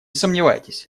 сомневайтесь